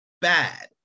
bad